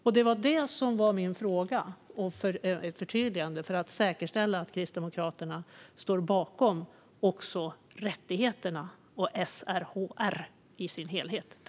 Min fråga om ett förtydligande gäller detta, för att säkerställa att Kristdemokraterna står bakom också rättigheterna och SRHR i dess helhet.